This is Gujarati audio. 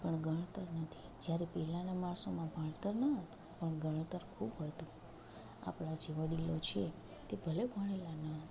પણ ગણતર નથી જ્યારે પહેલાંના માણસોમાં ભણતર ન હતું પણ ગણતર બહુ હતું આપણા જે વડીલો છે તે ભલે ભણેલાં ન હતાં